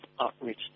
outreach